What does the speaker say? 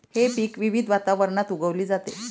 हे पीक विविध वातावरणात उगवली जाते